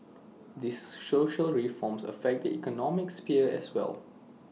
these social reforms affect the economic sphere as well